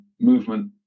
movement